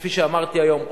כפי שאמרתי היום,